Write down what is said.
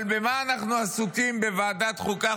אבל במה אנחנו עסוקים בוועדת חוקה,